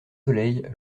soleil